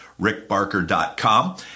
rickbarker.com